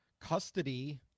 custody